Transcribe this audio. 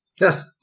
yes